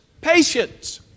patience